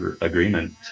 agreement